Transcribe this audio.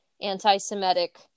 anti-Semitic